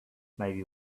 maybe